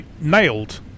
Nailed